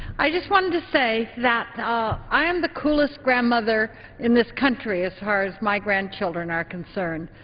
i just wanted to say that ah i am the coolest grandmother in this country as far as my grandchildren are concerned.